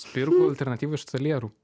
spirgų alternatyva iš salierų